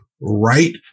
right